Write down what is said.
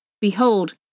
Behold